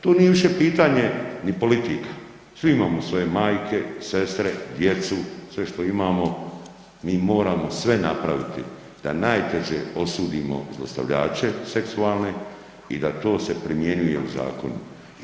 To nije više pitanje ni politika, svi imamo svoje majke, sestre, djecu, sve što imamo mi moramo sve napraviti da najteže osudimo zlostavljače seksualne i da to se primjenjuje u zakonima.